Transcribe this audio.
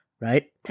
right